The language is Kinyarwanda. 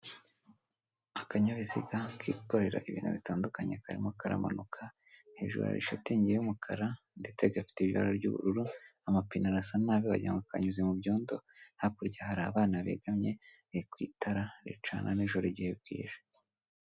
Akanyabiziga kikorera ibintu bitandukanye karimo karamanuka, hejuru hari shitingi y'umukara, ndetse gafite ibara ry'ubururu, amapine arasa nabi wagira ngo kanyuze mu byondo, hakurya hari abana begamye, ku itara ricana nijoro igihe bwije.